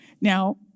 Now